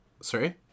Sorry